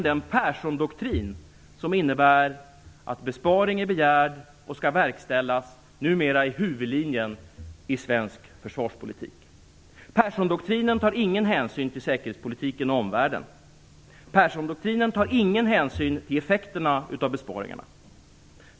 Perssondoktrinen, som innebär att besparing är begärd och skall verkställas, är nämligen numera huvudlinjen i svensk försvarspolitik. Perssondoktrinen tar ingen hänsyn till säkerhetspolitiken och omvärlden. Perssondoktrinen tar ingen hänsyn till effekterna av besparingarna.